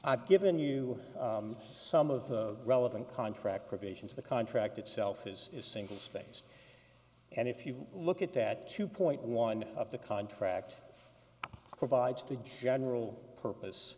i've given you some of the relevant contract provisions the contract itself is a single space and if you look at that two point one of the contract provides the general purpose